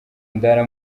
ndara